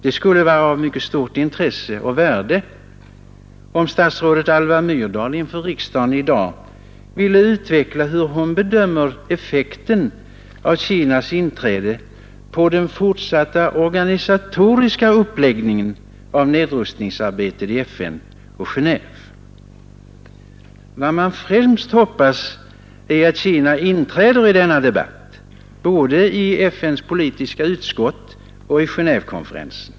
Det skulle vara av mycket stort intresse och värde om statsrådet Alva Myrdal inför riksdagen i dag ville utveckla hur hon bedömer effekten av Kinas inträde på den fortsatta organisatoriska uppläggningen av nedrustningsarbetet i FN och Genéve. Vad man främst hoppas är att Kina inträder i denna debatt både i FN:s politiska utskott och i Genévekonferensen.